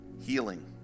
healing